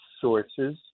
sources